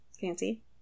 fancy